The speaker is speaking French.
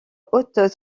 haute